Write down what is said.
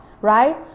right